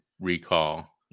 recall